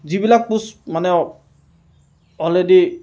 যিবিলাক প'ষ্ট মানে অলৰেদি